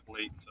late